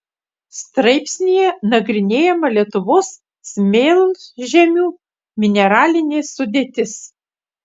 straipsnyje nagrinėjama lietuvos smėlžemių mineralinė sudėtis